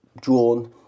drawn